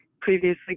previously